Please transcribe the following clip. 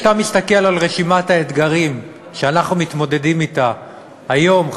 כשאתה מסתכל על רשימת האתגרים שאנחנו מתמודדים אתה היום,